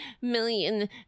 million